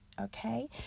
Okay